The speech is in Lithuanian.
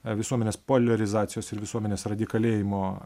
visuomenės poliarizacijos ir visuomenės radikalėjimo